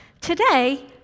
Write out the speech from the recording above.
Today